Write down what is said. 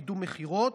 קידום מכירות,